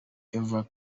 eva